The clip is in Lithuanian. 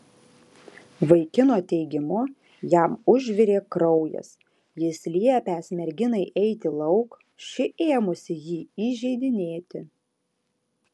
vaikino teigimu jam užvirė kraujas jis liepęs merginai eiti lauk ši ėmusi jį įžeidinėti